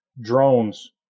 drones